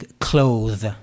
clothes